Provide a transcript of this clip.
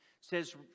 says